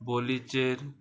बोलीचेर